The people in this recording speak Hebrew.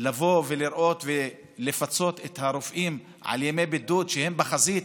לבוא ולראות ולפצות את הרופאים על ימי בידוד כשהם בחזית.